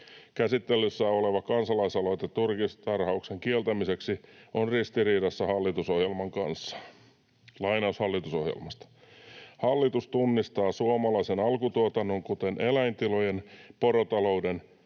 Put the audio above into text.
Käsittelyssä oleva kansalaisaloite turkistarhauksen kieltämiseksi on ristiriidassa hallitusohjelman kanssa. Lainaus hallitusohjelmasta: ”Hallitus tunnistaa suomalaisen alkutuotannon, kuten eläintilojen, porotalouden,